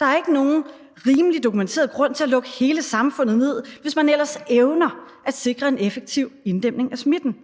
Der er ikke nogen rimelig dokumenteret grund til at lukke hele samfundet ned, hvis man ellers evner at sikre en effektiv inddæmning af smitten,